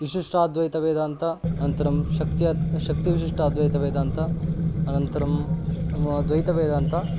विशिष्टाद्वैतवेदान्तम् अनन्तरं शक्त्यात् शक्तिविशिष्टाद्वैतवेदान्तम् अनन्तरं द्वैतवेदान्तम्